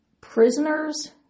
prisoners